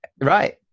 right